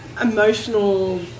emotional